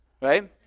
Right